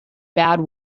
bad